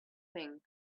think